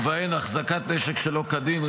ובהן החזקת נשק שלא כדין,